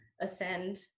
ascend